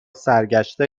سرگشته